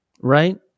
Right